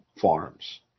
farms